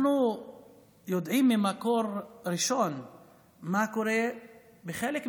אנחנו יודעים ממקור ראשון מה קורה בחלק מהמכרזים,